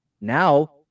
Now